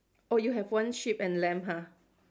oh you have one sheep and lamb ha